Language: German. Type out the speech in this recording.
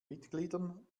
mitgliedern